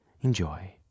Enjoy